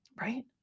right